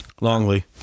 Longley